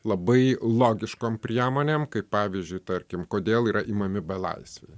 labai logiškom priemonėm kaip pavyzdžiui tarkim kodėl yra imami belaisviai